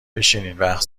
بشینین، وقت